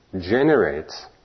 generates